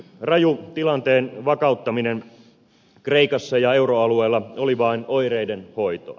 raju tilanteen vakauttaminen kreikassa ja euroalueella oli vain oireiden hoitoa